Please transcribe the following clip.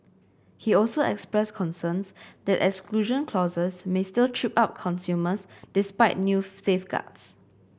he also expressed concerns that exclusion clauses may still trip up consumers despite new safeguards